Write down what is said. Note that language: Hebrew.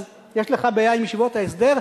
אז יש לך בעיה עם ישיבות ההסדר,